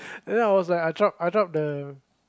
and then I was like I drop I drop the